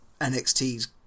NXT's